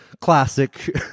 Classic